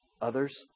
others